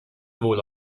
wohl